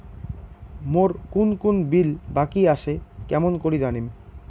মোর কুন কুন বিল বাকি আসে কেমন করি জানিম?